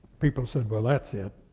people said, well, that's it.